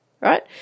right